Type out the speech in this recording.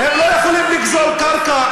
הם לא יכולים לגזול קרקע,